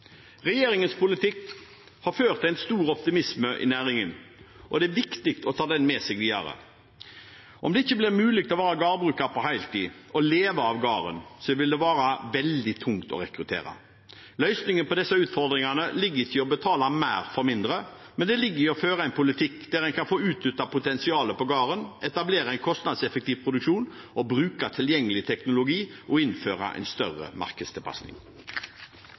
Regjeringens politikk har ført til stor optimisme i næringen, og det er viktig å ta den med seg videre. Om det ikke blir mulig å være gårdbruker på heltid – å leve av gården – vil det være veldig tungt å rekruttere. Løsningen på disse utfordringene ligger ikke i å betale mer for mindre, men i å føre en politikk der en kan få utnyttet potensialet på gården, etablere en kostnadseffektiv produksjon, bruke tilgjengelig teknologi og innføre en større markedstilpasning.